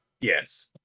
Yes